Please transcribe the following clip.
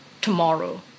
tomorrow